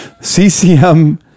CCM